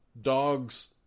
dogs